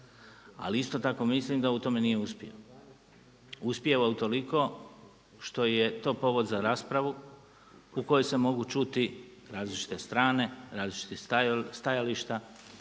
Ali isto tako mislim da u tome nije uspio. Uspio je utoliko što je to povod za raspravu u kojoj se mogu čuti različite strane, različita stajališta